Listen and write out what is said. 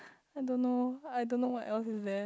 I don't know I don't know what else is there